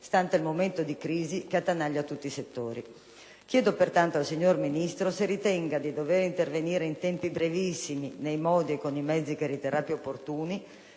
stante il momento di crisi che attanaglia tutti i settori. Chiedo, pertanto, al signor Ministro se ritenga di dover intervenire in tempi brevissimi, nei modi e con i mezzi che riterrà più opportuni,